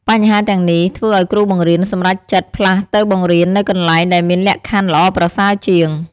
បញ្ហាទាំងនេះធ្វើឲ្យគ្រូបង្រៀនសម្រេចចិត្តផ្លាស់ទៅបង្រៀននៅកន្លែងដែលមានលក្ខខណ្ឌល្អប្រសើរជាង។